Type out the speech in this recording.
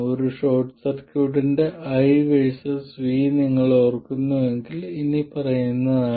ഒരു ഷോർട്ട് സർക്യൂട്ടിന്റെ I versus V നിങ്ങൾ ഓർക്കുന്നുവെങ്കിൽ ഇനിപ്പറയുന്നതാണ്